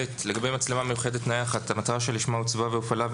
לגבי מצלמה מיוחדת נייחת המטרה שלשמה הוצבה והופעלה,